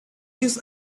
this